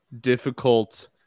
difficult